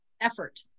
effort